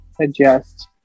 adjust